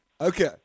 Okay